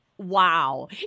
wow